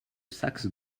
saxe